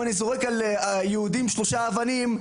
אם אני זורק על יהודים שלושה אבנים,